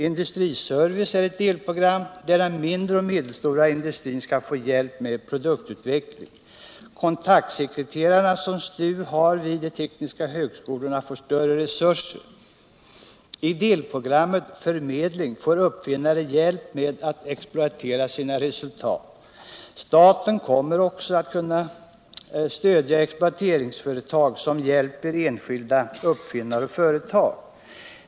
Industriservice är ett delprogram, där den mindre och medelstora industrin skall få hjälp med produktutveckling. Kontaktsekreterarna som STU har vid de tekniska högskolorna får större resurser. I delprogrammet förmedling får uppfinnare hjälp med att exploatera sina resultat. Staten kommer också att kunna stödja exploateringsföretag som hjälper enskilda uppfinnare och företag.